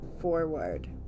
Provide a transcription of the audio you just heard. forward